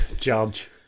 Judge